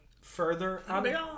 further